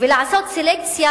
ולעשות סלקציה,